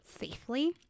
safely